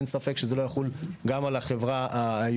אין ספק שזה לא יחול גם על החברה היהודית